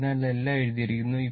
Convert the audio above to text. അതിനാൽ എല്ലാം എഴുതിയിരിക്കുന്നു